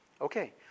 Okay